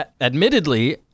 admittedly